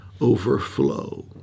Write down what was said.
overflow